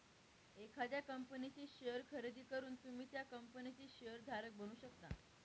एखाद्या कंपनीचे शेअर खरेदी करून तुम्ही त्या कंपनीचे शेअर धारक बनू शकता